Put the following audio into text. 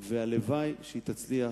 והלוואי שתצליח.